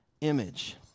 image